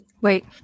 wait